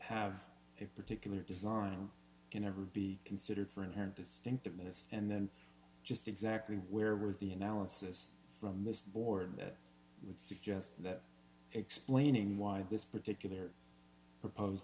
have a particular design can ever be considered for inherent distinctiveness and then just exactly where was the analysis from this board that would suggest that explaining why this particular proposed